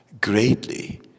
greatly